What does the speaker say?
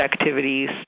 activities